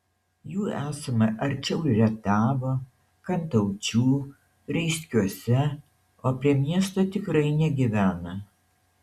jų esama arčiau rietavo kantaučių reiskiuose o prie miesto tikrai negyvena